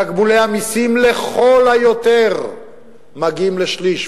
תקבולי המסים לכל היותר מגיעים לשליש.